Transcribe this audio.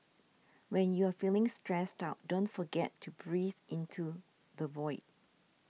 when you are feeling stressed out don't forget to breathe into the void